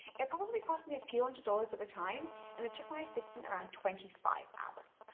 it probably cost me a few hundred dollars at the time and it took my assistant around twenty five hours.